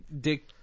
dick